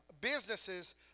businesses